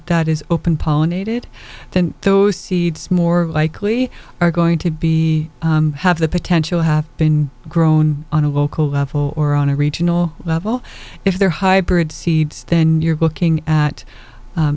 that is open pollinated then those seeds more likely are going to be have the potential have been grown on a local level or on a regional level if their hybrid seeds then you're booking at